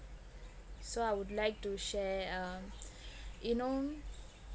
so I would like to share um you know